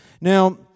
Now